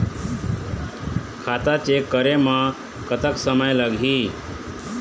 खाता चेक करे म कतक समय लगही?